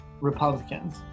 Republicans